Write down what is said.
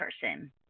person